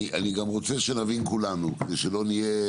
אני גם רוצה שנבין כולנו כדי שלא נהיה